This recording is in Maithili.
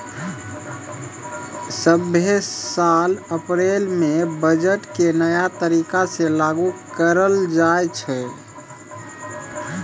सभ्भे साल अप्रैलो मे बजट के नया तरीका से लागू करलो जाय छै